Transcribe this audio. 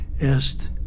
asked